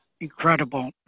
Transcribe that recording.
incredible